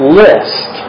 list